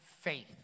faith